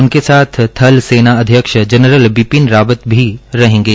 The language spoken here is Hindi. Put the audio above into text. उनके साथ थल सेना अध्यक्ष जनरल बिपिन रावत भी रहेंगे